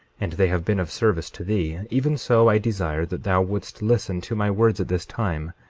and they have been of service to thee, even so i desire that thou wouldst listen to my words at this time,